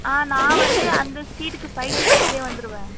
ஆ நான் வந்து அந்த ஸ்ட்ரீட்டுக்கு ஃபைவ் டூ சிக்ஸே வந்துடுவேன்